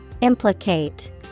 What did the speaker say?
Implicate